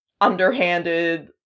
underhanded